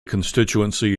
constituency